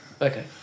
Okay